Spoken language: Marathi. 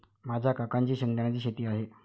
माझ्या काकांची शेंगदाण्याची शेती आहे